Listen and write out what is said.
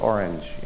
Orange